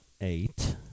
eight